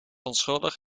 onschuldig